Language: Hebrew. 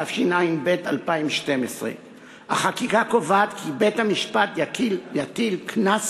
התשע"ב 2012. החקיקה קובעת כי בית-המשפט יטיל קנס